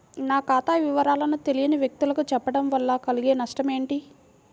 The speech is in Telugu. నా ఖాతా వివరాలను తెలియని వ్యక్తులకు చెప్పడం వల్ల కలిగే నష్టమేంటి?